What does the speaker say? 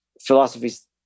philosophies